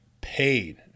paid